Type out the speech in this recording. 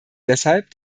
deshalb